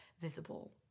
visible